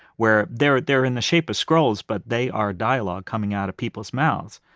where they're they're in the shape of scrolls, but they are dialogue coming out of people's mouths.